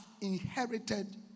inherited